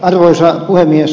arvoisa puhemies